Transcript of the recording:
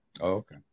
okay